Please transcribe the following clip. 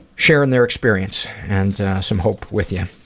sharing their experience and some hope with you.